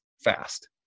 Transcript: Fast